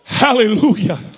Hallelujah